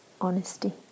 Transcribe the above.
honesty